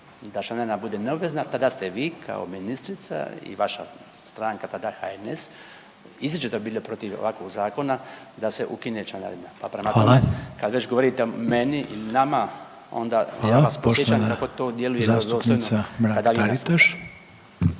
da članarina bude neobvezna tada ste vi kao ministrica i vaša stranka tada HNS izričito bili protiv ovakvog zakona da se ukine članarina. Pa prema tome …/Upadica: Hvala./… kad već govorite meni ili nama onda ja vas podsjećam kako to djeluje vjerodostojno kada vi nastupate.